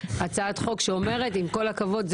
הצעת חוק שאומרת עם כל הכבוד,